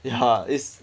ya it's